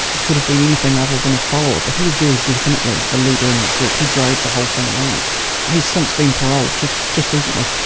could have been anything other than a follower. but he was very definitely a leader in that group, he drove the whole thing along. and he's since been paroled, just just recently.